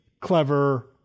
clever